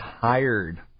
tired